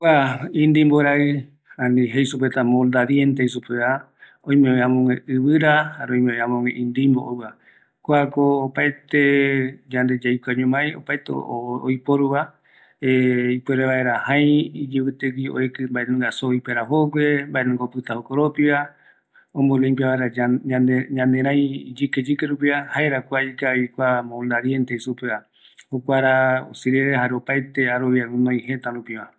Kua inimbo raɨ, jare ouvi ɨvɨra yu, yoekɨ vaera mbae opɨta ñanerai ipaü rupiva, pipevi yaeki yaikua oime ñanoi yave ñaneraïre, opaete öime gtuinoi va